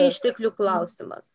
išteklių klausimas